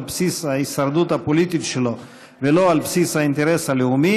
בסיס ההישרדות הפוליטית שלו ולא על בסיס האינטרס הלאומי"